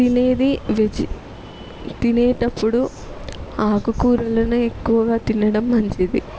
తినేది విజి తినేటప్పుడు ఆకు కూరలనే ఎక్కువగా తినడం మంచిది